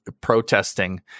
protesting